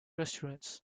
restaurants